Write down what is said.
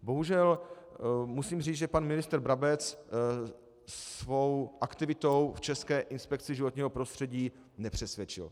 Bohužel musím říct, že pan ministr Brabec svou aktivitou v České inspekci životního prostředí nepřesvědčil.